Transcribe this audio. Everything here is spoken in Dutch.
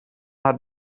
het